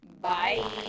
bye